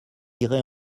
irez